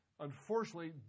Unfortunately